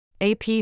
AP